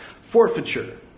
Forfeiture